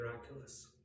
miraculous